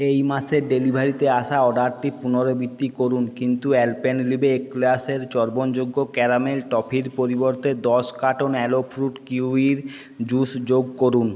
এই মাসের ডেলিভারিতে আসা অডারটি পুনরাবৃত্তি করুন কিন্তু আ্যলপেনলিবে এক্লেয়ার্সের চর্বণযোগ্য ক্যারামেল টফির পরিবর্তে দশ কার্টন আ্যলো ফ্রুট কিউয়ির জুস যোগ করুন